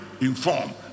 informed